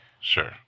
Sure